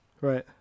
Right